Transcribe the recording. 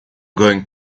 going